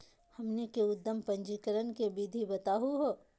हमनी के उद्यम पंजीकरण के विधि बताही हो?